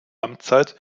amtszeit